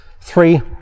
three